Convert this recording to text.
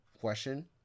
question